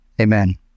Amen